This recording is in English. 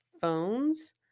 phones